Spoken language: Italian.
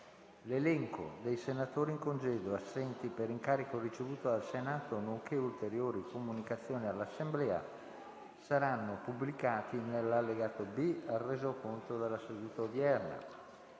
L'elenco dei senatori in congedo e assenti per incarico ricevuto dal Senato, nonché ulteriori comunicazioni all'Assemblea saranno pubblicati nell'allegato B al Resoconto della seduta odierna.